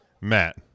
Matt